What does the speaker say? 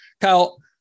Kyle